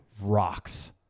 rocks